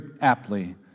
aptly